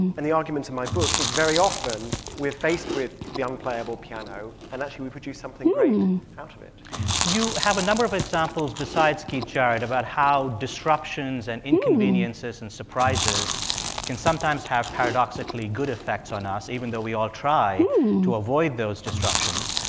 and the argument in my book is very often we're faced with the unplayable piano and actually we produce something great out of it you have a number of examples besides keith jarrett about how disruptions and inconveniences and surprises can sometimes have paradoxically good effect on us, even though we all try to avoid those disruptions.